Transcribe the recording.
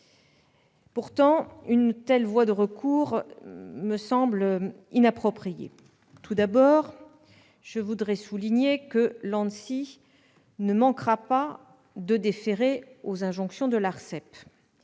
Pourtant, une telle voie de recours me semble inappropriée. Tout d'abord, je veux souligner que l'ANSSI ne manquera pas de déférer aux injonctions de l'ARCEP